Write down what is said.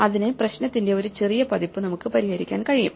അതിനു പ്രശ്നത്തിന്റെ ഒരു ചെറിയ പതിപ്പ് നമുക്ക് പരിഹരിക്കാൻ കഴിയും